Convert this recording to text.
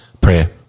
Prayer